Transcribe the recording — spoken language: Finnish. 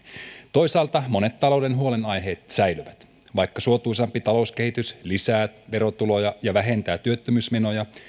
toisaalta monet talouden huolenaiheet säilyvät vaikka suotuisampi talouskehitys lisää verotuloja ja vähentää työttömyysmenoja